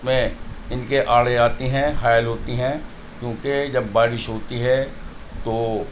میں ان کے آڑے آتی ہیں حائل ہوتی ہیں کیوںکہ جب بارش ہوتی ہے تو